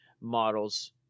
models